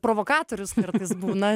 provokatorius kartais būna